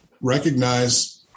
recognize